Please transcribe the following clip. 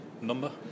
number